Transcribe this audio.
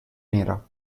nera